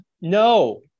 No